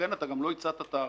לא הצגת תאריך.